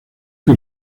que